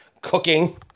cooking